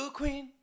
queen